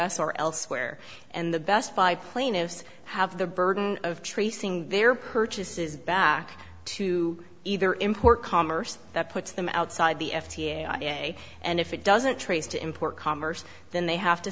s or elsewhere and the best buy plaintiffs have the burden of tracing their purchases back to either import commerce that puts them outside the f b i and if it doesn't trace to import commerce then they have to